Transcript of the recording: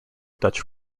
dutch